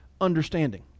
understanding